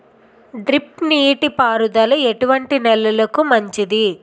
Drip నీటి పారుదల ఎటువంటి నెలలకు మంచిది?